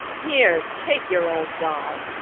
here, take your old doll,